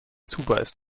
zubeißt